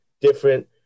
different